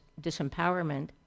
disempowerment